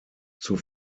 zur